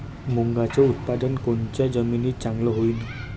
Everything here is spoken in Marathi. मुंगाचं उत्पादन कोनच्या जमीनीत चांगलं होईन?